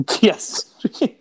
Yes